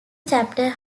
chapter